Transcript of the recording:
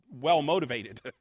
well-motivated